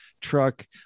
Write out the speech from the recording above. truck